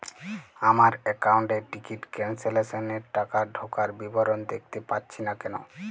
আমার একাউন্ট এ ticket cancellation এর টাকা ঢোকার বিবরণ দেখতে পাচ্ছি না কেন?